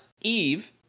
Eve